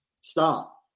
Stop